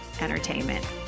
entertainment